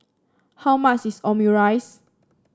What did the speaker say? how much is Omurice